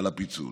את הפיצול.